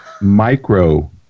micro